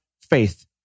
faith